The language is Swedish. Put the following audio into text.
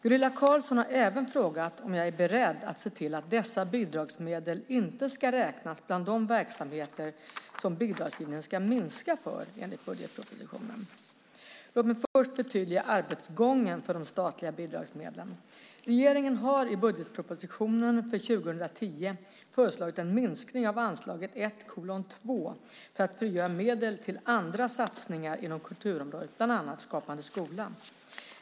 Gunilla Carlsson har även frågat om jag är beredd att se till att dessa bidragsmedel inte ska räknas bland de verksamheter som bidragsgivningen ska minska för enligt budgetpropositionen. Låt mig först förtydliga arbetsgången för de statliga bidragsmedlen. Regeringen har i budgetpropositionen för 2010 föreslagit en minskning av anslaget 1:2 för att frigöra medel till andra satsningar inom kulturområdet, bland annat Skapande skola.